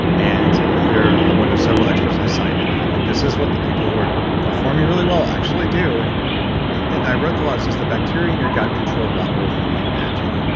and you're one of several experts i cite in that. like this is what the people who are performing really well actually do. and and i wrote a lot, it's just the bacteria in your gut control lot more than you might imagine.